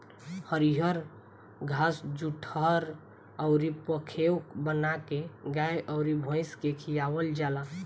हरिअर घास जुठहर अउर पखेव बाना के गाय अउर भइस के खियावल जाला